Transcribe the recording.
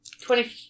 twenty